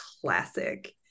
classic